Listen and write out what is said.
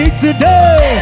today